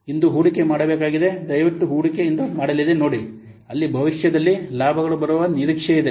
ಇಂದು ಹೂಡಿಕೆ ಮಾಡಬೇಕಾಗಿದೆ ದಯವಿಟ್ಟು ಹೂಡಿಕೆ ಇಂದು ಮಾಡಲಿದೆ ನೋಡಿ ಅಲ್ಲಿ ಭವಿಷ್ಯದಲ್ಲಿ ಲಾಭಗಳು ಬರುವ ನಿರೀಕ್ಷೆಯಿದೆ